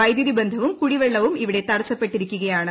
വൈദ്യുതി ് ബന്ധപ്പുരിട്ട് കുടിവെള്ളവും ഇവിടെ തടസ്സപ്പെട്ടിരിക്കുകയാണ്